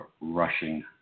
rushing